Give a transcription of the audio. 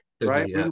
right